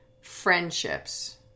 friendships